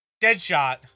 Deadshot